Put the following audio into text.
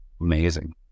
amazing